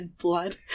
blood